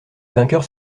vainqueurs